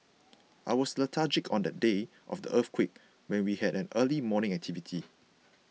I was lethargic on the day of the earthquake when we had an early morning activity